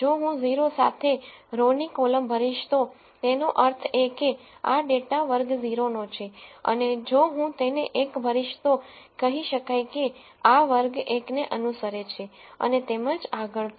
જો હું 0 સાથે રો ની કોલમ ભરીશ તો તેનો અર્થ એ કે આ ડેટા વર્ગ 0 નો છે અને જો હું તેને 1 ભરીશ તો કહી શકાય કે આ વર્ગ 1 ને અનુસરે છે અને તેમજ આગળ પણ